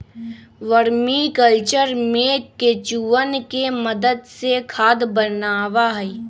vermi culture में केंचुवन के मदद से खाद बनावा हई